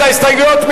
ההסתייגויות?